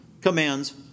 commands